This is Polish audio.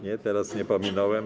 Nie, teraz nie pominąłem.